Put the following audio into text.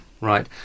Right